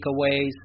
takeaways